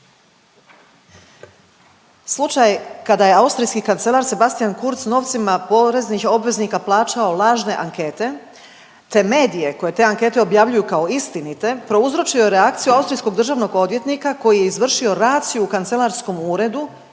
Slučaj kada je austrijski kancelar Sebastian Kurtz novcima poreznih obveznika plaćao lažne ankete, te medije koje te ankete objavljuju kao istinite, prouzročio je reakciju austrijskog državnog odvjetnika koji je izvršio raciju u kancelarskom uredu,